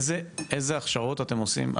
איזה הכשרות אתם עושים?